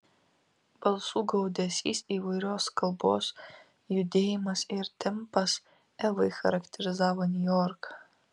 balsų gaudesys įvairios kalbos judėjimas ir tempas evai charakterizavo niujorką